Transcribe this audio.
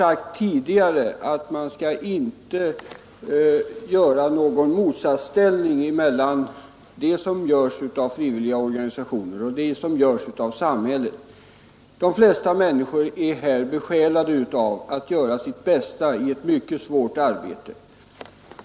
Som jag tidigare sagt skall man inte konstruera någon motsatsställning mellan det som görs av frivilliga organisationer och det som görs av samhället. De flesta människor inom den vård vi här talar om är besjälade av en vilja att göra sitt bästa i ett mycket svårt arbete.